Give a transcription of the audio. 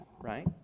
right